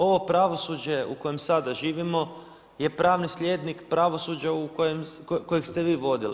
Ovo pravosuđe u kojem sada živimo je pravni slijednik pravosuđa kojeg ste vi vodili.